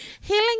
Healing